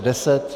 10.